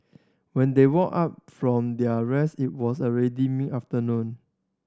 when they woke up from their rest it was already mid afternoon